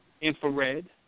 infrared